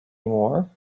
more